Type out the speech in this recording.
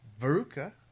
Veruca